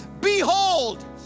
behold